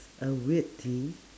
a weird thing